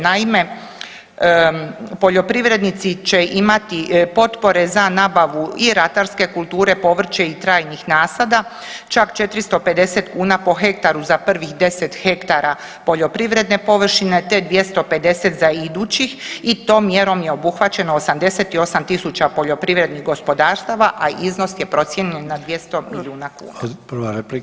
Naime, poljoprivrednici će imati potpore za nabavu i ratarske kulture povrće i trajnih nasada, čak 450 kuna po hektaru za prvih deset hektara poljoprivredne površine, te 250 za idućih i tom mjerom je obuhvaćeno 88 000 poljoprivrednih gospodarstava, a iznos je procijenjen na 200 milijuna kuna.